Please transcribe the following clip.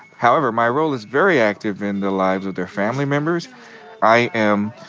however, my role is very active in the lives of their family members i am,